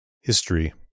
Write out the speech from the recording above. History